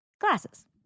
glasses